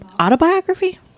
autobiography